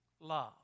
love